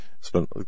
spent